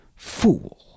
Fool